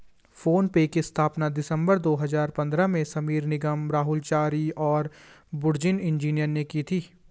phone पे की स्थापना दिसंबर दो हजार पन्द्रह में समीर निगम, राहुल चारी और बुर्जिन इंजीनियर ने की थी